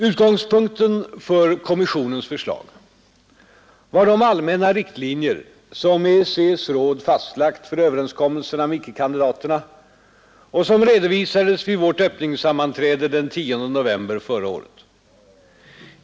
Utgångspunkten för kommissionens förslag var de allmänna riktlinjer som EEC:s råd fastlagt för överenskommelserna med icke-kandidaterna och som redovisades vid vårt öppningssammanträde den 10 november förra året.